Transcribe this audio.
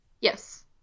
Yes